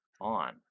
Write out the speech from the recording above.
on